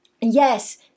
Yes